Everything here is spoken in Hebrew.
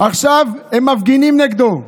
ועכשיו הם מפגינים נגדו.